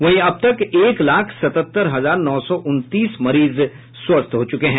वहीं अब तक एक लाख सतहत्तर हजार नौ सौ उनतीस मरीज स्वस्थ हो चुके हैं